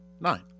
nine